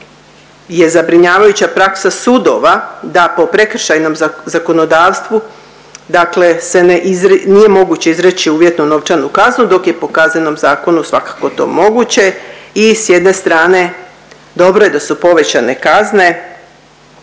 je zabrinjavajuća praksa sudova da po prekršajnom zakonodavstvu dakle se ne izri… nije moguće izreći uvjetnu novčanu kaznu dok je po KZ-u svakako to moguće i s jedne strane dobro je da su povećane kazne,